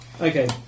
Okay